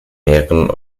mehreren